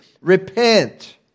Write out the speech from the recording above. Repent